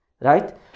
Right